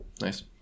Nice